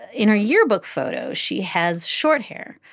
in her yearbook photo, she has short hair,